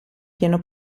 pieno